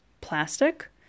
plastic